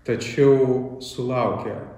tačiau sulaukę